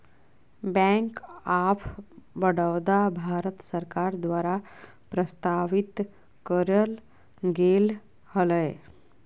bank of Baroda, Bharat सरकार द्वारा प्रस्तावित करल गेले हलय